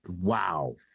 Wow